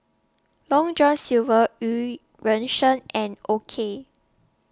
Long John Silver EU Ren Sang and O K